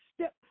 step